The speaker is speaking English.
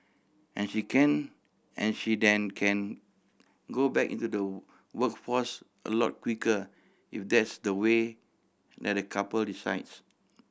and she can and she then can go back into the workforce a lot quicker if that's the way that the couple decides